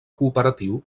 cooperatiu